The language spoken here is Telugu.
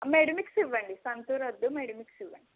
మెడమిక్స్ ఇవ్వండి సంతూర్ వద్దు మెడమిక్స్ ఇవ్వండి